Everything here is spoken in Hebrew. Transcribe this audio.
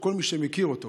שכל מי שמכיר אותו